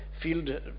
field